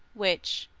which,